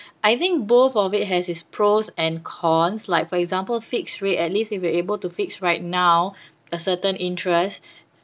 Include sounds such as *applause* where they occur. I think both of it has it's pros and cons like for example fixed rate at least if you are able to fix right now a certain interest *breath*